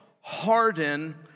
harden